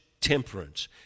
temperance